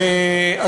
תספר לו אחר כך.